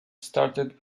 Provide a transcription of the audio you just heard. started